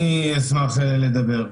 אני אשמח לדבר.